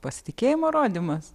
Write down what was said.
pasitikėjimo rodymas